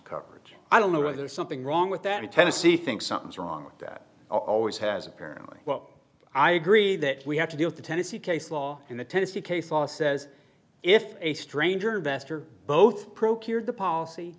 coverage i don't know or there's something wrong with that in tennessee think something's wrong with that always has apparently well i agree that we have to do with the tennessee case law and the tennessee case law says if a stranger bester both procured the policy